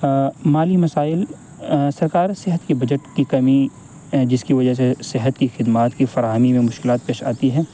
مالی مسائل سرکار صحت کی بجٹ کی کمی جس کی وجہ سے صحت کی خدمات کی فراہمی میں مشکلات پیش آتی ہے